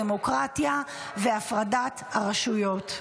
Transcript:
הדמוקרטיה ועל הפרדת הרשויות.